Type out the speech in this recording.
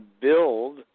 build